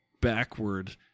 backward